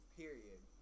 period